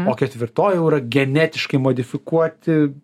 o ketvirtoji jau yra genetiškai modifikuoti